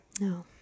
No